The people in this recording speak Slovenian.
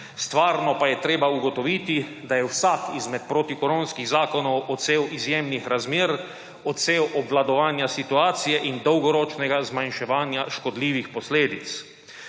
Stvarno pa je treba ugotoviti, da je vsak izmed protikoronskih zakonov odsev izjemnih razmer, odsev obvladovanja situacije in dolgoročnega zmanjševanja škodljivih posledic.